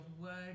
words